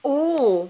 oo